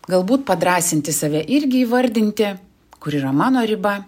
galbūt padrąsinti save irgi įvardinti kur yra mano riba